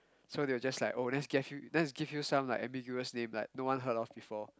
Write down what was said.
so they were just like oh let's give you~ let's give you some like ambiguous name like no one heard of before